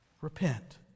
Repent